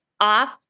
off